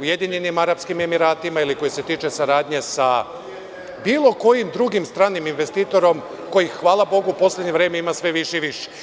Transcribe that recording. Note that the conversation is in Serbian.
Ujedinjenim Arapskim Emiratima ili koji se tiče saradnje sa bilo kojim drugim stranim investitorom kojih, hvala bogu, u poslednje vreme ima sve više i više.